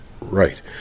right